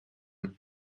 een